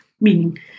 meaning